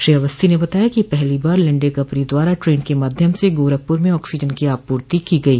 श्री अवस्थी ने बताया कि पहली बार लिण्डे कम्पनी द्वारा ट्रेन के माध्यम से गोरखपुर में ऑक्सीजन की आपूर्ति की गयी